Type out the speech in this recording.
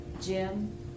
Jim